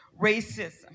Racism